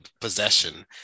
possession